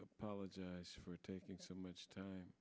apologize for taking so much time